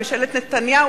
בממשלת נתניהו,